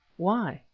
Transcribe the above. why?